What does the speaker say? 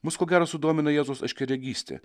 mus ko gero sudomino jėzaus aiškiaregystė